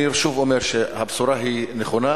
אני שוב אומר שהבשורה היא נכונה,